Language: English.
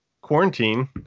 quarantine